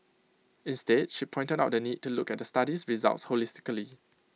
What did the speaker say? instead she pointed out the need to look at the study's results holistically